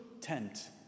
tent